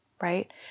right